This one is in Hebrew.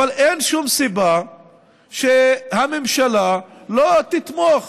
אבל אין שום סיבה שהממשלה לא תתמוך